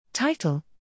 title